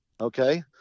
Okay